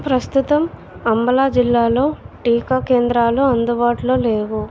ప్రస్తుతం అంబలా జిల్లాలో టీకా కేంద్రాలు అందుబాటులో లేవు